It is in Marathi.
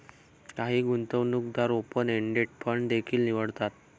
काही गुंतवणूकदार ओपन एंडेड फंड देखील निवडतात